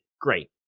great